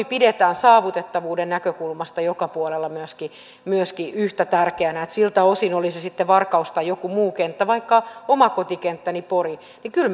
pidetään saavutettavuuden näkökulmasta joka puolella myöskin myöskin yhtä tärkeänä siltä osin oli se sitten varkaus tai joku muu kenttä vaikka oma kotikenttäni pori me kyllä